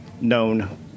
known